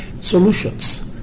solutions